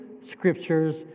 scriptures